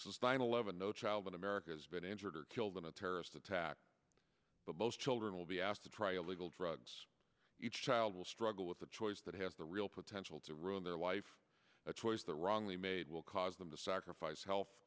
abuse no child in america has been injured or killed in a terrorist attack but most children will be asked to try illegal drugs each child will struggle with a choice that has the real potential to ruin their life the choice the wrongly made will cause them to sacrifice health